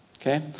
Okay